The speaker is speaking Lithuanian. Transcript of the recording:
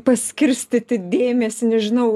paskirstyti dėmesį nežinau